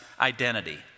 identity